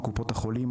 קופות החולים,